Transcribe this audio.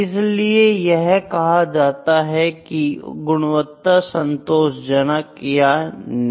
इसलिए यह कहा जाता है की गुणवत्ता संतोषजनक है या नहीं